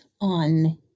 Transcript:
on